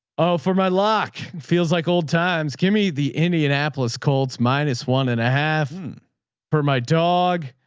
oh four. my lock feels like old times. kimmy the indianapolis colts minus one and a half per my dog.